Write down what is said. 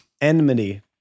enmity